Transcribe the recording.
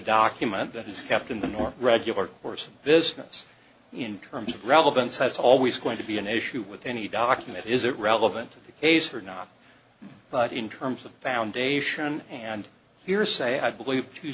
document that is kept in the north regular course of business in terms of relevance that's always going to be an issue with any document is it relevant to the case or not but in terms of the foundation and hearsay i believe two